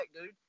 dude